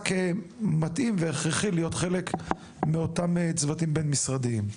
כמתאים וכהכרחי להיות חלק מאותם צוותים בין משרדיים?